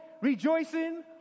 rejoicing